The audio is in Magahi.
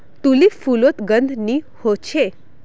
तुलिप फुलोत गंध नि होछे